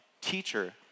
Teacher